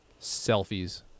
selfies